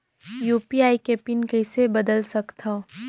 UPI के pin कइसे बदल सकथव?